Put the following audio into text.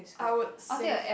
I would save